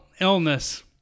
illness